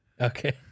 Okay